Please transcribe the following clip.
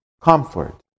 comfort